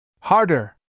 Harder